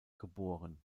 geboren